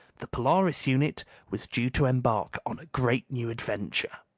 the polaris unit was due to embark on a great new adventure!